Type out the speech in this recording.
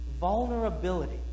vulnerability